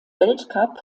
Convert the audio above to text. weltcup